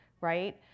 right